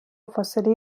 فاصله